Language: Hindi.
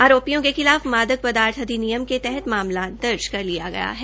आरोपियों के खिलाफ मादम पदार्थ अधिनियम के तहत मामला दर्ज कर लिया गया है